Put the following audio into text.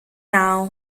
now